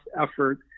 effort